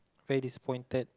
very disappointed